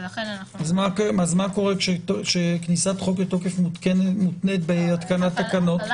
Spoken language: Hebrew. אז מה קורה כשכניסת חוק לתוקף מותנית בהתקנת תקנות?